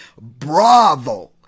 Bravo